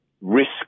risk